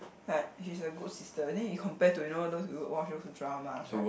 like she's a good sister then he compare to you know those you watch those dramas right